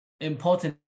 important